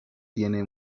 tiene